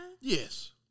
Yes